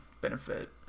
benefit